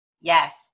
Yes